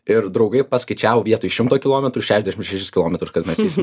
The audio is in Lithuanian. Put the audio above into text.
ir draugai paskaičiavo vietoj šimto kilometrų šešiasdešim šešis kilometrus kad mes eisim